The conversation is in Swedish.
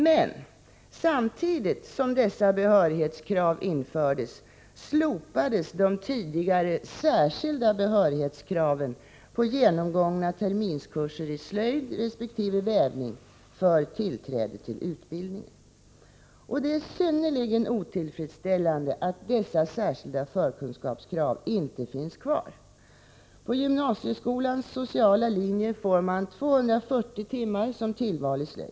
Men, och det är viktigt, samtidigt som dessa behörighetskrav infördes slopades de tidigare särskilda behörighetskraven när det gäller genomgångna terminskurser i slöjd resp. vävning för tillträde till utbildningen. Det är synnerligen otillfredsställande att dessa särskilda förkunskapskrav inte finns kvar. På gymnasieskolans sociala linje får man 240 timmar för tillvalsämnet slöjd.